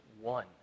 one